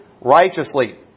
righteously